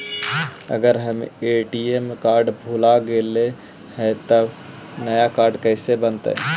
अगर हमर ATM card भुला गैलै हे तब नया काड कइसे बनतै?